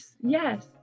yes